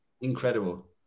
Incredible